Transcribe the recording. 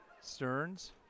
Stearns